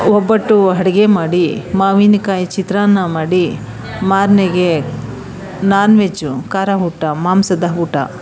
ಒಬ್ಬಟ್ಟು ಅಡುಗೆ ಮಾಡಿ ಮಾವಿನಕಾಯಿ ಚಿತ್ರಾನ್ನ ಮಾಡಿ ಮಾರನೆಗೆ ನಾನ್ ವೆಜ್ಜು ಖಾರ ಊಟ ಮಾಂಸದ ಊಟ